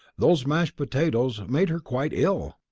those mashed potatoes made her quite ill.